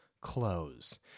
close